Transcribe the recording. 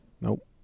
Nope